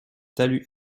talus